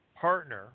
partner